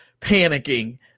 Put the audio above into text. panicking